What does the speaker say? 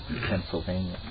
Pennsylvania